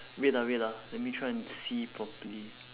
wait ah wait ah let me try and see properly